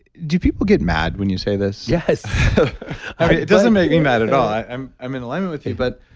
do people get mad when you say this? yes it doesn't make me mad at all. i'm i'm in alignment with you, but